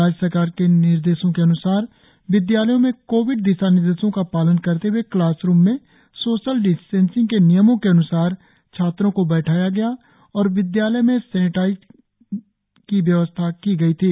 राज्य सरकार के निर्देशों के अन्सार विद्यालयो में कोविड दिशानिर्देशो का पालन करते हुए क्लासरुम में सोशल डिस्टेंसिंग के नियमों के अन्सार छात्रों को बैठाया गया और विद्यालय में सेनेटाइजेशन की व्यवस्था की गई थी